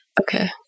Okay